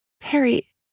Perry